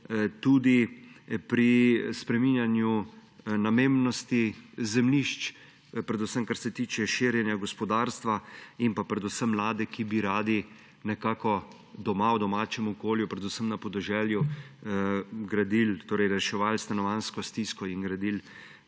tudi pri spreminjanju namembnosti zemljišč, predvsem kar se tiče širjenja gospodarstva, in predvsem mladi, ki bi radi nekako doma, v domačem okolju, predvsem na podeželju gradili, torej reševali stanovanjsko stisko in gradili